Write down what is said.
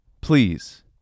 please